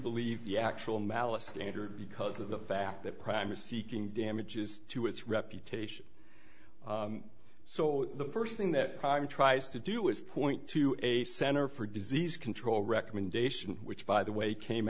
believe the actual malice standard because of the fact that prime are seeking damages to its reputation so the first thing that crime tries to do is point to a center for disease control recommendation which by the way came